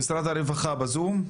משרד הרווחה והביטחון החברתי,